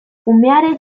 umearen